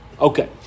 Okay